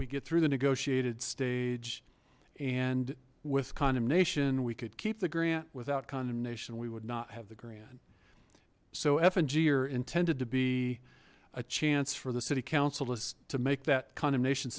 we get through the negotiated stage and with condemnation we could keep the grant without condemnation we would not have the grand so f and g are intended to be a chance for the city council is to make that condemnation